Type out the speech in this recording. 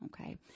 okay